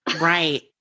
Right